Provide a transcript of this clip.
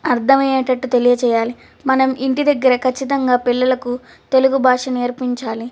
అర్థం అయ్యేటట్టు తెలియజేయాలి మనం ఇంటి దగ్గర ఖచ్చితంగా పిల్లలకు తెలుగు భాష నేర్పించాలి